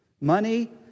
Money